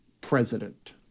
president